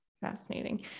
fascinating